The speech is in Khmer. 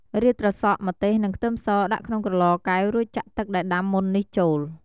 រៀបត្រសក់ ម្ទេស និង ខ្ទឹមស ដាក់ក្នុងក្រឡកែវ រួចចាក់ទឹកដែលដាំមុននេះចូល។